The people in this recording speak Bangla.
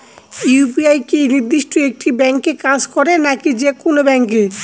ইউ.পি.আই কি নির্দিষ্ট একটি ব্যাংকে কাজ করে নাকি যে কোনো ব্যাংকে?